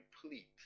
complete